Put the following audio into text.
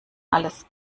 alles